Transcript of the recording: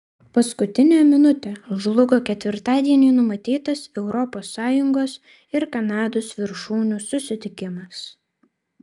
paskutinę minutę žlugo ketvirtadienį numatytas europos sąjungos ir kanados viršūnių susitikimas